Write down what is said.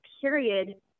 period